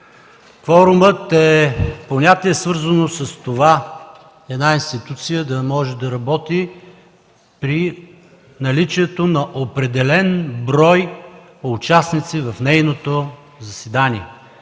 Кворумът е понятие, свързано с това една институция да може да работи при наличието на определен брой участници в нейното заседание.